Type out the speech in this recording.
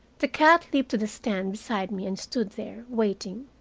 the cat leaped to the stand beside me and stood there, waiting.